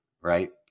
Right